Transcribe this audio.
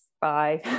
Bye